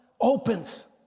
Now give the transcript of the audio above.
Opens